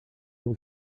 able